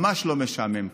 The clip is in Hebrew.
ממש לא משעמם כאן.